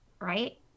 Right